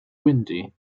windy